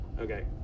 Okay